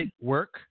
work